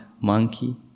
monkey